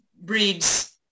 breeds